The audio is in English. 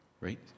right